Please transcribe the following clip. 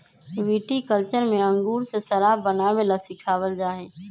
viticulture में अंगूर से शराब बनावे ला सिखावल जाहई